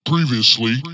previously